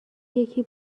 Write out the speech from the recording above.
یکی